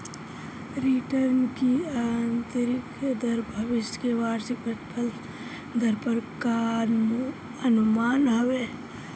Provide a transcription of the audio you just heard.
return की आतंरिक दर भविष्य के वार्षिक प्रतिफल दर कअ अनुमान हवे